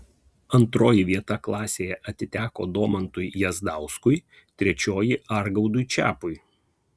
antroji vieta klasėje atiteko domantui jazdauskui trečioji argaudui čepui